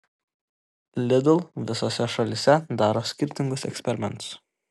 lidl visose šalyse daro skirtingus eksperimentus